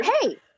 hey